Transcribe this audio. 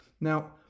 Now